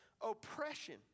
oppression